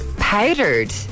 Powdered